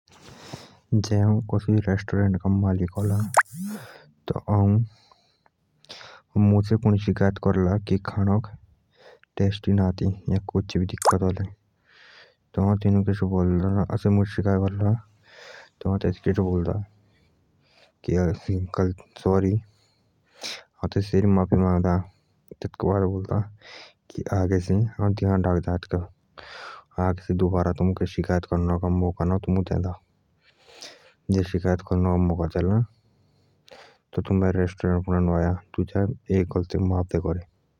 जे आऊ कोजेई रेस्टोरेंट का मालिक अला और कुणी मुक बोलला खाणक अच्छों ना आति तब आऊ तेस बेरि माफी मांगदा कि आगे से ऐसो अन्दोना और जे अलो तब दुजाए आयानु एतके बास एक गलते माफ दे करे।